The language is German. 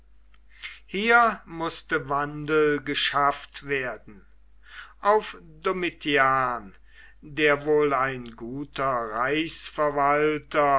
hier mußte wandel geschafft werden auf domitian der wohl ein guter